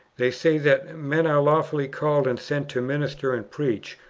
they say that men are lawfully called and sent to minister and preach,